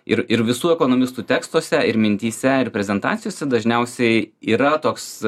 ir ir visų ekonomistų tekstuose ir mintyse ir prezentacijose dažniausiai yra toks